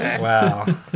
Wow